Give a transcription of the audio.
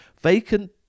Vacant